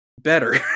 better